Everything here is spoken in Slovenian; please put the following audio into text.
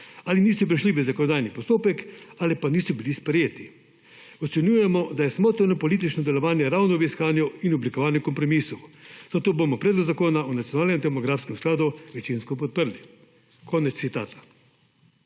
ali niso prišli v zakonodajni postopek ali pa niso bili sprejeti. Ocenjujemo, da je smotrno politično delovanje ravno v iskanju in oblikovanju kompromisov, zato bomo Predlog zakona o nacionalnem demografskem skladu večinsko podprli.« (Konec citata.)